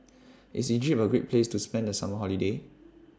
IS Egypt A Great Place to spend The Summer Holiday